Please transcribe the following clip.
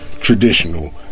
traditional